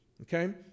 Okay